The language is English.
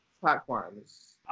platforms